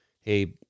Hey